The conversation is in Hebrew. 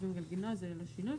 מוסיפים גלגינוע, זה ללא שינוי.